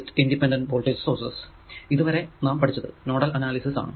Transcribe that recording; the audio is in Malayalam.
ഇതുവരെ നാം പഠിച്ചത് നോഡൽ അനാലിസിസ് ആണ്